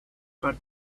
but